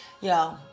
Yo